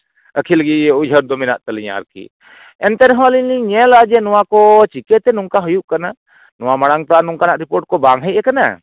ᱟᱹᱠᱷᱤᱨ ᱩᱭᱦᱟᱹᱨ ᱫᱚ ᱢᱮᱱᱟᱜ ᱛᱟᱞᱤᱧᱟ ᱚᱨᱠᱤ ᱮᱱᱛᱮ ᱨᱮᱦᱚᱸ ᱟᱞᱤᱧ ᱞᱤᱧ ᱧᱮᱞᱟ ᱡᱮ ᱱᱚᱣᱟ ᱠᱚ ᱪᱤᱠᱟᱹᱛᱮ ᱱᱚᱝᱠᱟ ᱦᱩᱭᱩᱜ ᱠᱟᱱᱟ ᱱᱚᱣᱟ ᱢᱟᱲᱟᱝ ᱛᱚ ᱱᱚᱝᱠᱟᱱᱟᱜ ᱨᱤᱯᱳᱴ ᱠᱚ ᱵᱟᱝ ᱦᱮᱡ ᱟᱠᱟᱱᱟ